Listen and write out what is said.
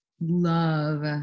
love